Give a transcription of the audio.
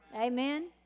Amen